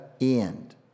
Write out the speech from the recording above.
end